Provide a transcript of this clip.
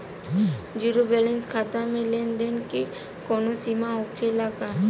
Zero balance खाता में लेन देन के कवनो सीमा होखे ला का?